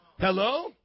Hello